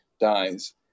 dies